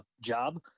job